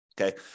Okay